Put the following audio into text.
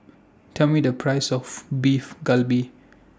Tell Me The Price of Beef Galbi